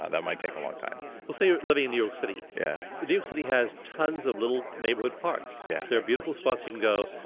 ah that might take a long time well, say you're living in new york city. yeah new york city has tons of little neighborhood parks. yeah there are beautiful spots you can go,